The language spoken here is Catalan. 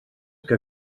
que